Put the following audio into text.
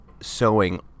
sewing